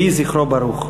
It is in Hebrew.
יהי זכרו ברוך.